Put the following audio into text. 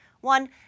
One